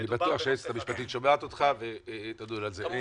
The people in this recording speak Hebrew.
אני בטוח שהיועצת המשפטית שומעת אותך ותדון על זה.